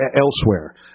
elsewhere